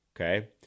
okay